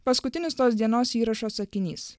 paskutinis tos dienos įrašo sakinys